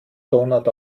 donut